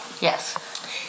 Yes